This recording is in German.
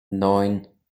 neun